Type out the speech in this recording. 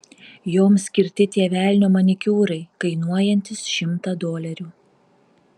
joms skirti tie velnio manikiūrai kainuojantys šimtą dolerių